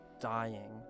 dying